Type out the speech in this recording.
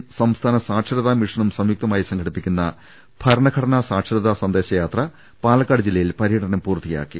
കേരള നിയമാസഭയും സംസ്ഥാന സാക്ഷര്താ മിഷനും സംയു ക്തമായി സംഘടിപ്പിക്കുന്ന ഭരണഘടനാ സാക്ഷര്താ സന്ദേശ യാ ത്ര പാലക്കാട് ജില്ലയിൽ പര്യടനം പൂർത്തിയാക്കി